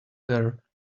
their